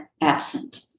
absent